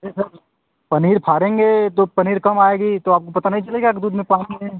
अरे सर पनीर फाड़ेंगे तो पनीर कम आएगी तो आपको पता नहीं चलेगा कि दूध में पानी है